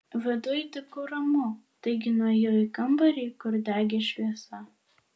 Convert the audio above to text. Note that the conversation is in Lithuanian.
viduj tyku ramu taigi nuėjau į kambarį kur degė šviesa